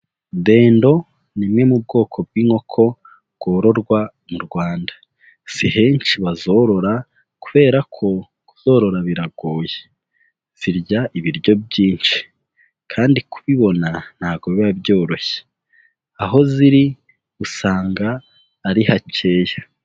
Dendo ni imwe mu bwoko bw'inkoko bwororwa mu Rwanda si henshi bazorora kubera ko kuzorora biragoye zirya ibiryo byinshi kandi kubibona ntabwo biba byoroshye, aho ziri usanga ari hakeya.